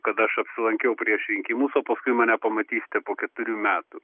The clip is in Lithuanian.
kad aš apsilankiau prieš rinkimus o paskui mane pamatysit po ketverių metų